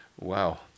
Wow